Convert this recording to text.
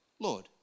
Lord